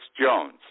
Jones